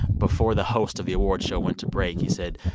before the host of the award show went to break, he said,